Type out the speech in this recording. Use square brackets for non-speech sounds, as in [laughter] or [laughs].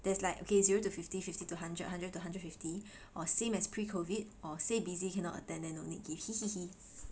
there's like okay zero to fifty fifty to hundred hundred to hundred and fifty or same as pre COVID or say busy then don't need give [laughs]